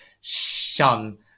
shun